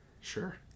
Sure